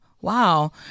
Wow